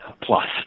plus